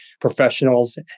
professionals